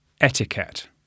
Etiquette